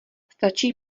stačí